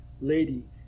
lady